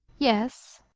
yes,